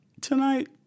Tonight